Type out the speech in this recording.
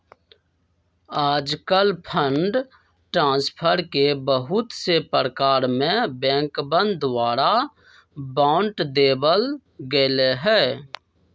आजकल fund transfer के बहुत से प्रकार में बैंकवन द्वारा बांट देवल गैले है